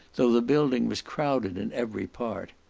though the building was crowded in every part.